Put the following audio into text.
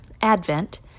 Advent